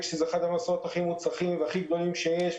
שזה אחד המסעות הכי מוצלחים והכי גדולים שיש.